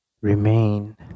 Remain